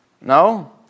No